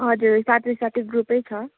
हजुर हजुर साथीसाथी ग्रुपै छ